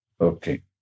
Okay